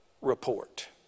report